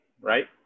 right